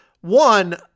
one